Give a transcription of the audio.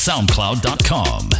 Soundcloud.com